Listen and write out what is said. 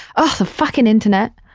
ah, the fucking internet